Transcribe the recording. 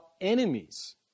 enemies